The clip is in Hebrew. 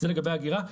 זה לגבי אגירה.